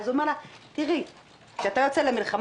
הוא אמר לה: כשאתה יוצא ממלחמה,